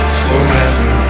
forever